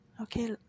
Okay